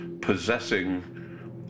possessing